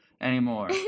anymore